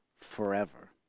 forever